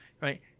right